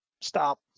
stop